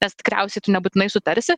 nes tikriausiai tu nebūtinai sutarsi